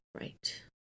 right